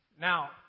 Now